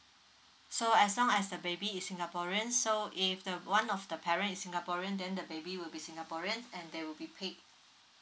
so as long as the baby is singaporeans so if the one of the parents singaporean then the baby will be singaporeans and they will be paid